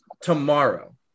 Tomorrow